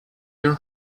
year